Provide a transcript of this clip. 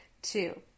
Two